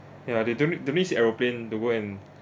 ya they don't need don't need sit aeroplane to go and